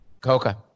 Coca